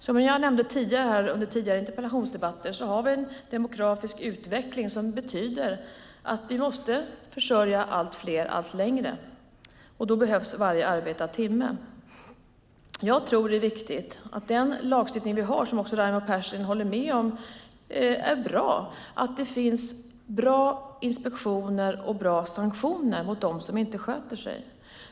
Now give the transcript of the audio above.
Som jag nämnt här under tidigare interpellationsdebatter har vi en demografisk utveckling som betyder att vi måste försörja allt fler allt längre, och då behövs varje arbetad timme. Det är viktigt att den lagstiftning vi har är bra, och Raimo Pärssinen håller med om att den är bra. Det är viktigt att det finns bra inspektioner och bra sanktioner mot dem som inte sköter sig.